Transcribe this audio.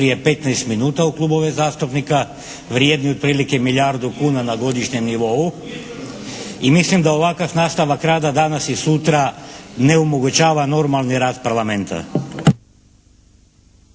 prije 15 minuta u klubove zastupnika vrijednih otprilike milijardu kuna na godišnjem nivou i mislim da ovakav nastavak rada danas i sutra ne omogućava normalni rad Parlamenta.